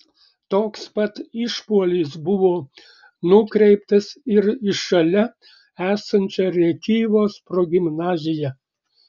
toks pat išpuolis buvo nukreiptas ir į šalia esančią rėkyvos progimnaziją